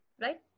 Right